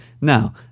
Now